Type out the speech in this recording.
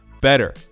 better